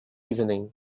evening